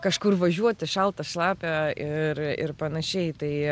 kažkur važiuoti šalta šlapia ir ir panašiai tai